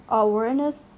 awareness